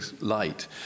light